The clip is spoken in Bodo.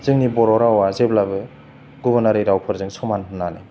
जोंनि बर' रावा जेब्लाबो गुबुनारि रावफोरजों समान होन्नानै